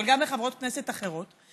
אבל גם לחברות כנסת אחרות: